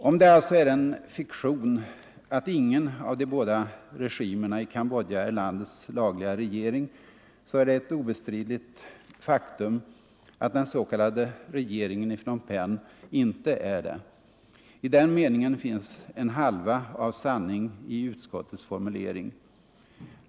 Om det alltså är en fiktion att ingen av de båda regimerna i Cambodja är landets lagliga regering, så är det ett obestridigt faktum att den s.k. regeringen i Phnom Penh inte är det. I den meningen finns en halv sanning i utskottets formulering.